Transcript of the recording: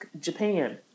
Japan